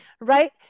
Right